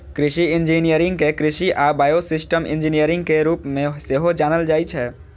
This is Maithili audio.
कृषि इंजीनियरिंग कें कृषि आ बायोसिस्टम इंजीनियरिंग के रूप मे सेहो जानल जाइ छै